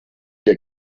der